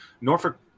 norfolk